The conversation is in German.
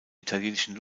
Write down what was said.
italienischen